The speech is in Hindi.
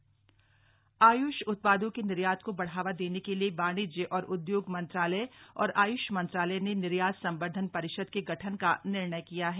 आयुष उत्पाद आय्ष उत्पादों के निर्यात को बढ़ावा देने के लिए वाणिज्य और उदयोग मंत्रालय और आय्ष मंत्रालय ने निर्यात संवर्दधन परिषद के गठन का निर्णय किया है